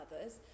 others